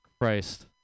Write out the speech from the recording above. Christ